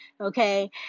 Okay